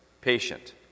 Patient